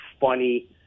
funny